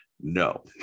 No